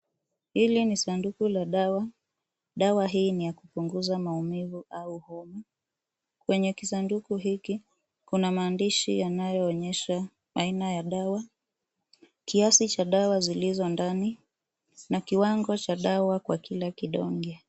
Hili ni sanduku la dawa, dawa hii ni ya kupunguza maumivu au homa. Kwenye kisanduku hiki kuna maandishi yanayoonyesha aina ya dawa. Kiasi cha dawa zilizo ndani na kiwango cha dawa kwa kila kidonge.